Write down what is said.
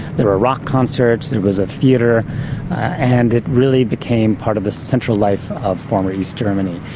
there were rock concerts, there was a theatre and it really became part of the central life of former east germany.